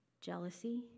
jealousy